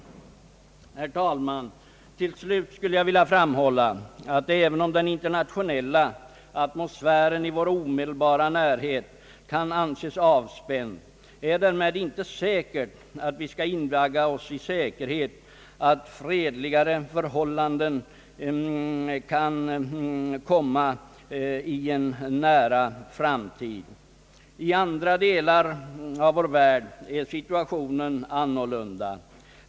Till slut skulle jag vilja framhålla, att även om den internationella atmosfären i vår omedelbara närhet kan anses avspänd, skall vi därför inte invagga oss i säkerhet om att fredligare förhållanden i framtiden är att vänta. I andra delar av vår värld är situationen annorlunda.